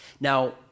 Now